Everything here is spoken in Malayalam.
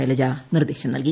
ശൈലജ നിർദേശം നൽകി